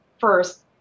first